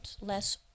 less